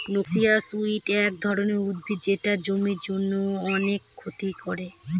noxious weed এক ধরনের উদ্ভিদ যেটা জমির জন্য অনেক ক্ষতি করে